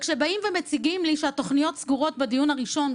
וכשבאים ומציגים לי שהתוכניות סגורות בדיון הראשון,